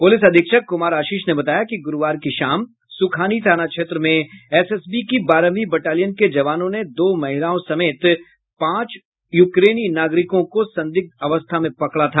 प्रलिस अधीक्षक क्मार आशीष ने बताया कि ग्रूवार की शाम सुखानी थाना क्षेत्र में एसएसबी की बारहवीं बटालियन के जवानों ने दो महिलाओं समेत पांच उक्रेनी नागरिकों को संदिग्ध अवस्था में पकड़ा था